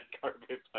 carpet